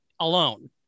alone